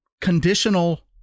conditional